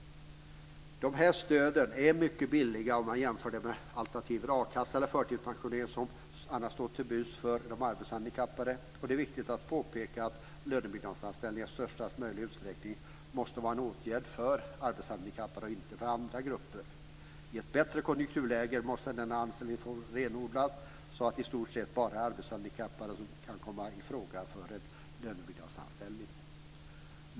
De här stöden är mycket billiga om man jämför dem med alternativen a-kassa eller förtidspensionering, som annars står till buds för de arbetshandikappade. Det är viktigt att påpeka att lönebidragsanställningar i största möjliga utsträckning måste vara en åtgärd för arbetshandikappade och inte för andra grupper. I ett bättre konjunkturläge måste denna anställningsform renodlas så att det i stort sett bara är arbetshandikappade som kan komma i fråga för en lönebidragsanställning.